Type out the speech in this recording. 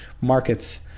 markets